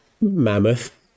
Mammoth